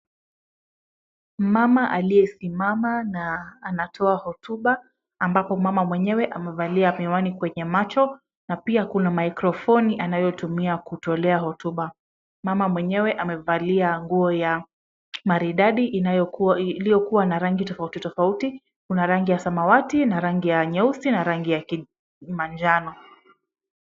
Mama aliyesimama na anatoa hotuba ambapo mama mwenyewe amevalia miwani kwenye macho na pia kuna mikrofoni anayotumia kutolea hotuba. Mama mwenyewe amevalia nguo ya maridadi iliyokuwa na rangi tofauti tofauti. Kuna rangi ya samawati na rangi ya nyeusi na rangi ya manjano.